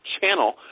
channel